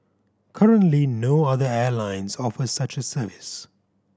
currently no other airlines offer such a service